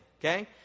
Okay